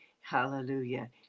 hallelujah